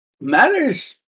Matters